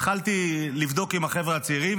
התחלתי לבדוק עם החבר'ה הצעירים,